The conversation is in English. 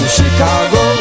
Chicago